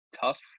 tough